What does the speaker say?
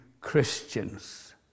Christians